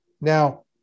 Now